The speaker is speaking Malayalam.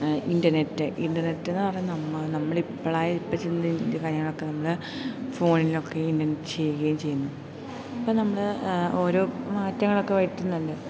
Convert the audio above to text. ഇൻ്റനെറ്റ് ഇൻ്റനെറ്റ് എന്ന് പറഞ്ഞാൽ നമ്മ നമ്മളിപ്പളായ ഇപ്പം ചെന്ന് ഇതിന്റെ കാര്യങ്ങളൊക്കെ നമ്മള് ഫോണിലൊക്കെ ഇൻ്റനെറ്റ് ചെയ്യുകയും ചെയ്യുന്നു ഇപ്പം നമ്മള് ഓരോ മാറ്റങ്ങളൊക്കെ വരുത്തുന്നുണ്ട്